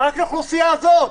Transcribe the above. רק לאוכלוסייה הזאת,